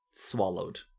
swallowed